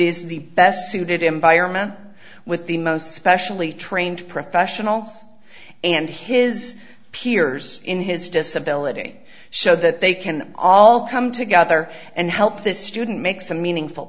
is the best suited environment with the most specially trained professionals and his peers in his disability so that they can all come together and help this student make some meaningful